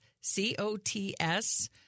C-O-T-S